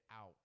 out